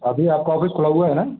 अभी आपका औफीस खुला हुआ है ना